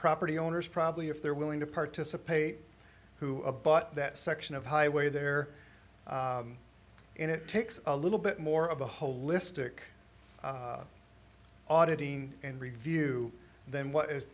property owners probably if they're willing to participate who a but that section of highway there and it takes a little bit more of a holistic auditing and review then what